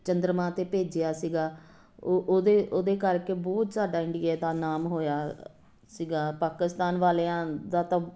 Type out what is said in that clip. ਚੰਦਰਮਾ 'ਤੇ ਭੇਜਿਆ ਸੀਗਾ ਉਹ ਉਹਦੇ ਉਹਦੇ ਕਰਕੇ ਬਹੁਤ ਜ਼ਿਆਦਾ ਇੰਡੀਆ ਦਾ ਨਾਮ ਹੋਇਆ ਸੀਗਾ ਪਾਕਿਸਤਾਨ ਵਾਲਿਆਂ ਦਾ ਤਾਂ